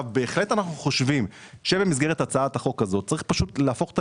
אנחנו בהחלט חושבים שבמסגרת הצעת החוק הזו צריך להפוך אותה